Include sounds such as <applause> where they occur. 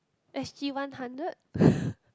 S_G one hundred <breath>